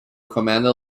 commanded